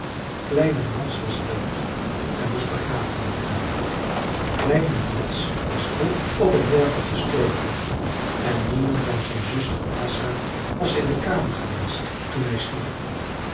kleine mads was dood en moest begraven worden kleine mads was vroeg op een morgen gestorven en niemand dan zijn zuster asa was in de kamer geweest toen hij stierf